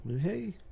Hey